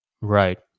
Right